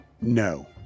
No